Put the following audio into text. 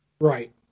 Right